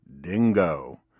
dingo